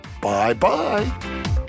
bye-bye